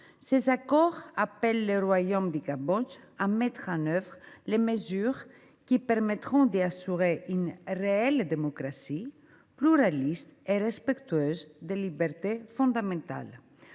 Ces accords appellent le royaume du Cambodge à mettre en œuvre les mesures qui permettront d’assurer une réelle démocratie, pluraliste et respectueuse des libertés fondamentales.